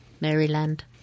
Maryland